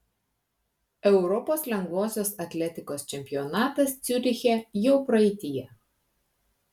europos lengvosios atletikos čempionatas ciuriche jau praeityje